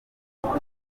ndimo